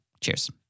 Cheers